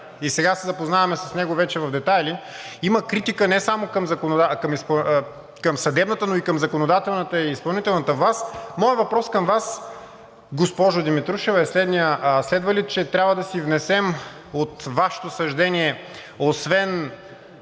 и сега се запознаваме с него вече в детайли, има критика не само към съдебната, но и към законодателната и изпълнителната власт. Моят въпрос към Вас, госпожо Димитрушева, е следният: следва ли, че трябва да си внесем от Вашето съждение освен